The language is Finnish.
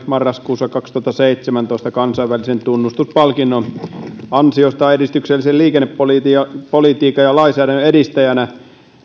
marraskuussa kaksituhattaseitsemäntoista kansainvälisen tunnustuspalkinnon ansioistaan edistyksellisen liikennepolitiikan ja lainsäädännön edistäjänä